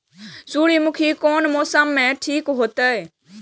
सूर्यमुखी कोन मौसम में ठीक होते?